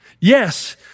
Yes